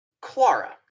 Clara